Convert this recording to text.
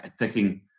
attacking